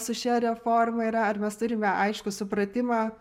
su šia reforma yra ar mes turime aiškų supratimą